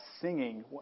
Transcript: singing